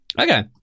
Okay